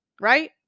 Right